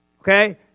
okay